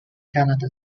canada